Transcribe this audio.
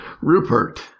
Rupert